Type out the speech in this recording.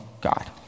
God